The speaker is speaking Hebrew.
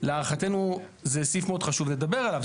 להערכתנו זה סעיף מאוד חשוב לדבר עליו.